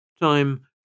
Time